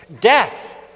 Death